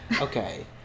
Okay